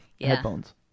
headphones